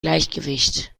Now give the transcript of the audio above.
gleichgewicht